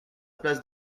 place